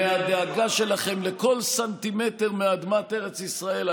אני מתרשם מהדבקות ומהדאגה שלכם לכל סנטימטר מאדמת ארץ ישראל.